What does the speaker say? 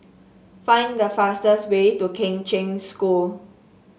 find the fastest way to Kheng Cheng School